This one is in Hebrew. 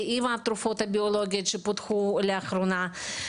עם התרופות הביולוגית שפותחו לאחרונה.